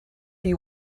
you